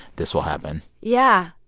this will happen yeah.